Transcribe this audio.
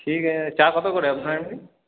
ঠিক আছে চা কত করে আপনার এখানে